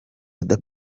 oda